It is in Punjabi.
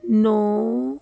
ਨੌਂ